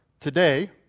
Today